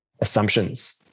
assumptions